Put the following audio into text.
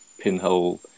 pinhole